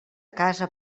casa